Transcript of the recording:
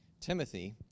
Timothy